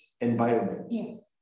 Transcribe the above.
environment